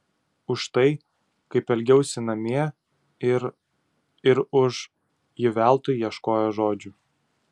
už tai kaip elgiausi namie ir ir už ji veltui ieškojo žodžių